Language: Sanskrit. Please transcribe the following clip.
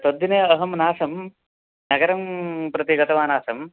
तद्दिने अहं नासं नगरं प्रति गतवान् आसं